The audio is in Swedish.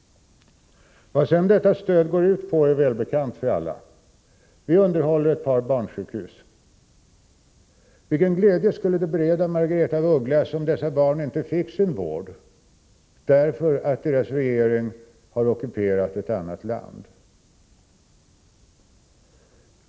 Vad sedan detta stöd går ut på är välbekant för alla. Vi underhåller ett par barnsjukhus. Vilken glädje skulle det bereda Margaretha af Ugglas om barnen där inte fick sin vård därför att deras regering har ockuperat ett annat land?